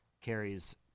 carries